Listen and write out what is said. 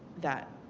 that.